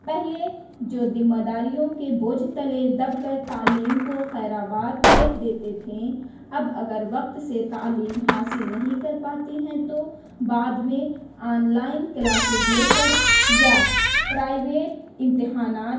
پہلے جو ذمہ داریوں کے بوجھ تلے دب کر تعلیم کو خیرآباد کہہ دیتے تھے اب اگر وقت سے تعلیم حاصل نہیں کر پاتے ہیں تو بعد میں آن لائن کلاسز لے کر یا پرائیویٹ امتحانات